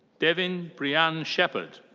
devyn brianne sheppard.